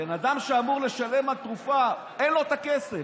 בן אדם שאמור לשלם על תרופה ואין לו את הכסף,